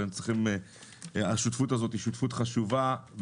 השותפות הזאת חשובה מאוד,